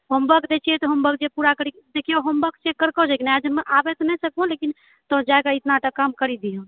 homework दै छियै तऽ होमवर्के पुरा करै छै केओ होमवर्क चेक आबय तऽ नहि सकबो लेकिन जाकऽ इतना तक काम करी दिहो